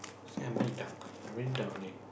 so am i dark I really dark leh